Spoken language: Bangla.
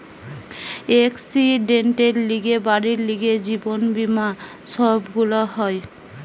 একসিডেন্টের লিগে, বাড়ির লিগে, জীবন বীমা সব গুলা হয়